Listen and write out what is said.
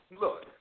look